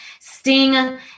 Sting